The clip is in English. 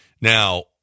Now